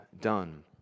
done